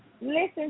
listen